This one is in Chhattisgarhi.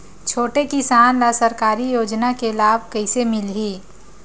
छोटे किसान ला सरकारी योजना के लाभ कइसे मिलही?